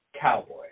Cowboy